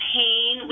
pain